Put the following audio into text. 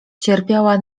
cierpiała